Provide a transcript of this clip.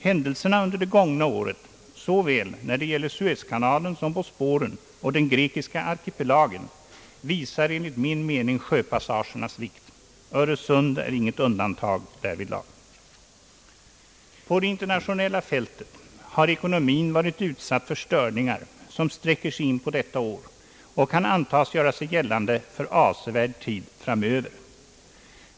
Händelserna under det gångna året såväl när det gäller Suezkanalen som Bosporen och den grekiska arkipelagen visar enligt min mening sjöpassagernas vikt. Öresund är inget undantag därvidlag. På det internationella fältet har ekonomin varit utsatt för störningar som sträcker sig in på detta år och som kan antas göra sig gällande för avsevärd tid framöver.